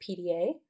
PDA